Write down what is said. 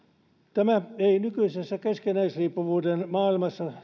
tämä ei nykyisessä keskinäisriippuvuuden maailmassa